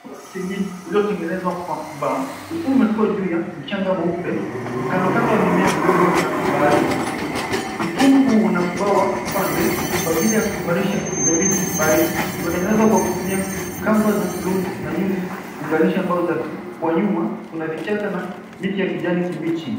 ...wa kienyeji uliotengenezwa kwa mbao, ukiwa umetoa juu ya mchanga mweupe, kando kando ya mimea midogo ya baharini. Mitumbu huu una mbao wa upande kwa ajili ya kuimarisha udhabiti baharini. Imetengenezwa kwa kutumia kamba za bluu na nyuzi kuunganisha mbao zake kwa nyuma kuna vichaka na miti ya kijani kibichi.